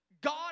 God